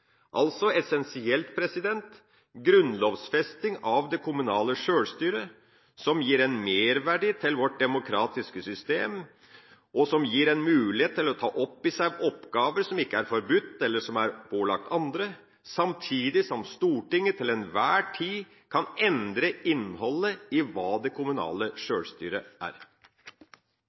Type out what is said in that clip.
altså essensielt: grunnlovfesting av det kommunale sjølstyret – som gir en merverdi til vårt demokratiske system, som gir en mulighet til å ta opp i seg oppgaver som ikke er forbudt, eller som er pålagt andre – samtidig som Stortinget til enhver tid kan endre innholdet i hva det kommunale sjølstyret er.